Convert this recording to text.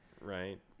Right